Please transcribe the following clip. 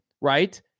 right